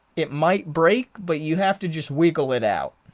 it might break but you have to just wiggle it out.